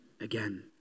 again